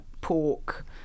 pork